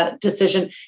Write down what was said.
decision